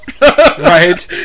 right